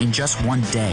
הלבבות".